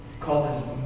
causes